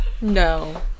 No